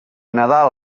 nadal